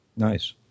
Nice